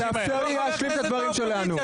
--- תאפשר לי להשלים את הדברים שלנו.